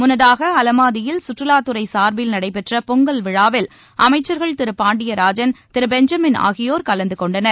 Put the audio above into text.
முன்னதாக அலமாதியில் சுற்றுவாத் துறை சார்பில் நடைபெற்ற பொங்கல் விழாவில் அமைச்சர்கள் திரு பாண்டியராஜன் திரு பெஞ்சமின் ஆகியோர் கலந்து கொண்டனர்